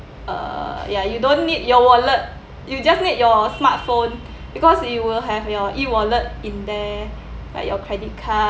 uh ya you don't need your wallet you just need your smartphone because you will have your E wallet in there like your credit card